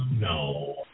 No